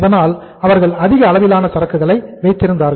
அதனால் அவர்கள் அதிக அளவிலான சரக்குகளை வைத்திருந்தார்கள்